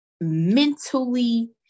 mentally